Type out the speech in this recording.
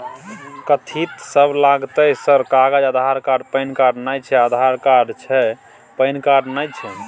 कथि सब लगतै है सर कागज आधार कार्ड पैन कार्ड नए छै आधार कार्ड छै पैन कार्ड ना छै?